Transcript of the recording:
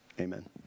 Amen